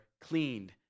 cleaned